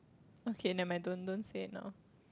okay never mind don't don't say now